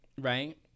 right